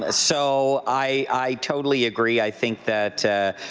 um so i totally agree. i think that,